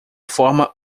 forma